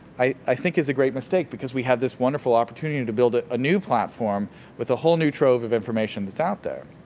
i think is a great mistake because we have this wonderful opportunity to build ah a new platform with a whole new trove of information that's out there.